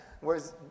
Whereas